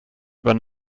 über